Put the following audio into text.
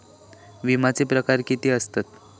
विमाचे प्रकार किती असतत?